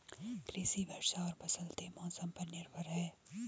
कृषि वर्षा और बदलते मौसम पर निर्भर है